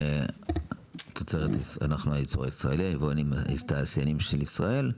אנחנו תעשיינים של ישראל,